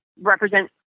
represent